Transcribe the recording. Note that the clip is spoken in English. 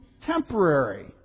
temporary